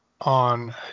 On